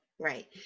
Right